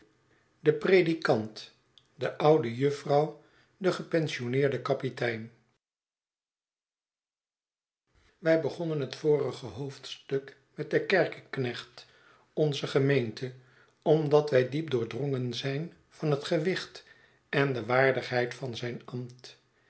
de predikant de oude juffrotjw gepensioneerde kapitein de wij begonnen het vorige hoofdstuk met den kerkeknecht onzer gemeente omdat wij diep doordrongen zijn van het gewicht en de waardigheid van zijn ambt